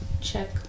check